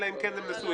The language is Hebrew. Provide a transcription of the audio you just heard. אלא אם כן הם נשואים.